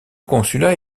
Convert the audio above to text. consulat